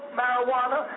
marijuana